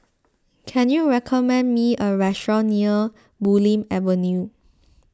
can you recommend me a restaurant near Bulim Avenue